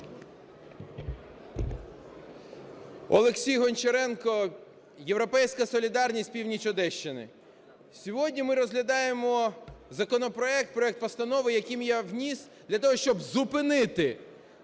Олексій Гончаренко, "Європейська солідарність", північ Одещини. Сьогодні ми розглядаємо законопроект, проект постанови, який я вніс, для того, щоб зупинити